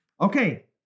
Okay